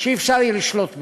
שלא יהיה אפשר לשלוט בו.